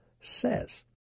says